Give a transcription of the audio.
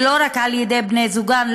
ולא רק על ידי בני זוגן,